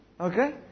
Okay